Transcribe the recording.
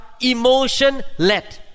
emotion-led